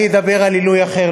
אני אדבר על עילוי אחר,